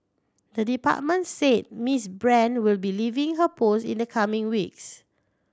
the department said Miss Brand will be leaving her post in the coming weeks